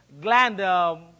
gland